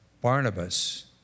Barnabas